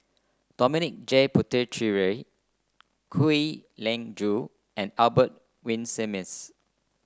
Dominic J Puthucheary Kwek Leng Joo and Albert Winsemius